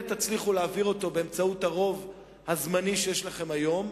תצליחו להעביר באמצעות הרוב הזמני שיש לכם היום,